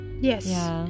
Yes